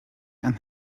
and